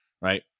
right